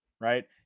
right